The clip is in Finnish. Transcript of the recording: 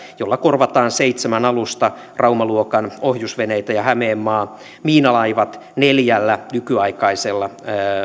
jolla korvataan seitsemän alusta rauma luokan ohjusveneitä ja hämeenmaa miinalaivat neljällä nykyaikaisella